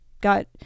got